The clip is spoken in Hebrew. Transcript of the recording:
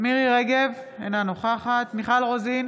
מירי מרים רגב, אינה נוכחת מיכל רוזין,